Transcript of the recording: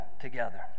together